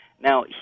Now